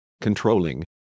controlling